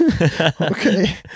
Okay